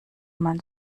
man